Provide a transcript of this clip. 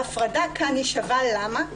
ההפרדה כאן היא שווה, למה?